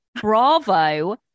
bravo